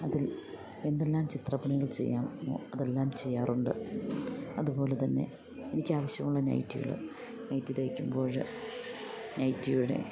അതിൽ എന്തെല്ലാം ചിത്രപ്പണികൾ ചെയ്യാമൊ അതെല്ലാം ചെയ്യാറുണ്ട് അതുപോലെ തന്നെ എനിക്കാവശ്യമുള്ള നൈറ്റികൾ നൈറ്റി തയ്ക്കുമ്പോൾ നൈറ്റിയുടെ